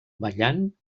ballant